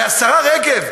הרי השרה רגב,